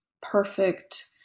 perfect